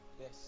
Yes